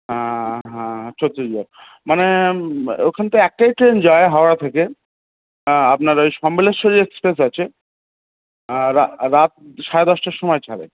হ্যাঁ হ্যাঁ ছত্রিশগড় মানে ওখানে তো একটাই ট্রেন যায় হাওড়া থেকে আপনার ওই সমালেশ্বরি এক্সপ্রেস আছে রাত রাত সাড়ে দশটার সময় ছাড়ে